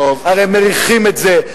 הרי מריחים את זה,